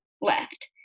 left